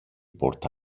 πόρτα